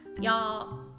Y'all